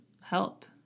help